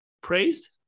praised